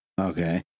Okay